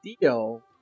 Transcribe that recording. deal